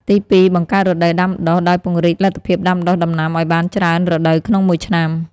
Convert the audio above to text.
ទីពីរ បង្កើតរដូវដាំដុះ ដោយពង្រីកលទ្ធភាពដាំដុះដំណាំឱ្យបានច្រើនរដូវក្នុងមួយឆ្នាំ។